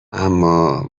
اما